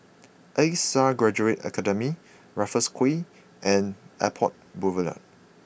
A Star Graduate Academy Raffles Quay and Airport Boulevard